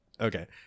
Okay